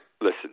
Listen